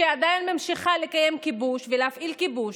שעדיין ממשיכה לקיים כיבוש ולהפעיל כיבוש,